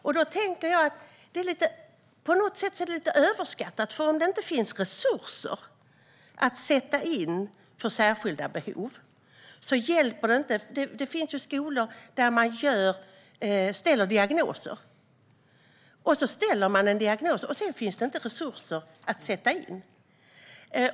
Jag tänker att det på något sätt är lite överskattat, för om det inte finns resurser att sätta in för särskilda behov så hjälper det ändå inte. Det finns ju skolor där man kräver diagnos, och så ställer man en diagnos, men sedan finns det ändå inte resurser att sätta in.